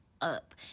up